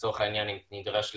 לצורך העניין נידרש לקיים,